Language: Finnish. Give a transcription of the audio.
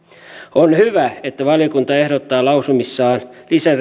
on hyvä että valiokunta ehdottaa lausumissaan